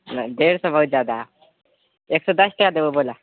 डेढ़ सए बहुत जादा हँ एक सए दश टका देबौ बोलऽ